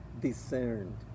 discerned